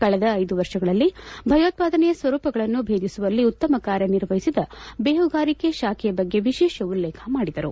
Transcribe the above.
ಕಳೆದ ಐದು ವರ್ಷಗಳಲ್ಲಿ ಭಯೋತ್ವಾದನೆಯ ಸ್ವರೂಪಗಳನ್ನು ಬೇಧಿಸುವಲ್ಲಿ ಉತ್ತಮ ಕಾರ್ಯ ನಿರ್ವಹಿಸಿದ ಬೇಹುಗಾರಿಕೆಯ ಶಾಖೆಯ ಬಗ್ಗೆ ವಿಶೇಷ ಉಲ್ಲೇಖ ಮಾಡಿದರು